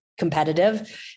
competitive